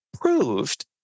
proved